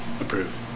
Approve